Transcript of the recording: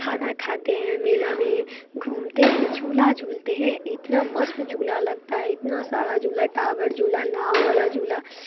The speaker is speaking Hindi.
खाना खाते हैं मेला में घूमते हैं झूला झूलते हैं इतना मस्त झूला लगता है इतना सारा झूला टॉवर झूला नाँव वाला झूला